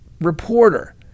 reporter